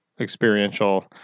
experiential